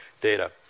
data